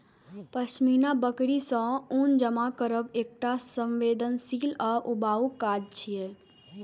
पश्मीना बकरी सं ऊन जमा करब एकटा संवेदनशील आ ऊबाऊ काज छियै